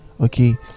okay